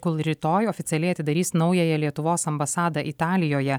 kol rytoj oficialiai atidarys naująją lietuvos ambasadą italijoje